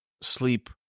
sleep